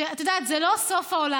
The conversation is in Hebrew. את יודעת, זה לא סוף העולם.